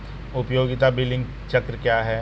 उपयोगिता बिलिंग चक्र क्या है?